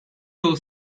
yolu